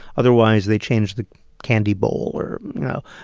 otherwise, they change the candy bowl or, you know,